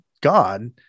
God